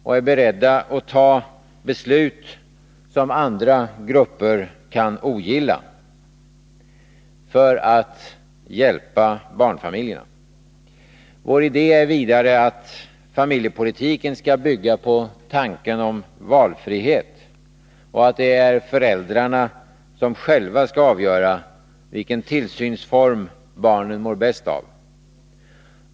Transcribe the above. Vi är beredda att ta beslut, som andra grupper kan ogilla, för att hjälpa barnfamiljerna. Vår idé är vidare att familjepolitiken skall bygga på tanken om valfrihet och att det är föräldrarna som själva skall avgöra vilken tillsynsform barnen mår bäst av.